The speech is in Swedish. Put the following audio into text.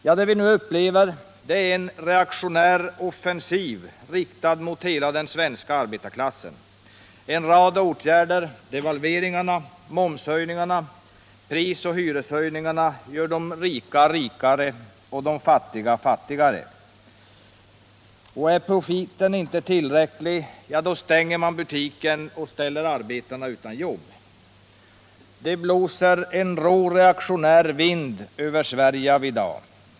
Vad vi upplever är en reaktionär offensiv riktad mot hela den svenska arbetarklassen. En rad åtgärder, devalveringarna, momshöjningarna, prisoch hyreshöjningarna gör de rika rikare och de fattiga fattigare. Och är profiten inte tillräcklig så stänger man butiken och ställer arbetarna utan jobb. Det blåser en rå reaktionär vind över Sverige av i dag.